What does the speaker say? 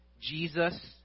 Jesus